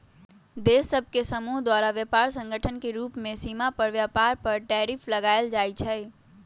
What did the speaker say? देश सभ के समूह द्वारा व्यापार संगठन के रूप में सीमा पार व्यापार पर टैरिफ लगायल जाइ छइ